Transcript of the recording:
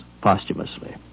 posthumously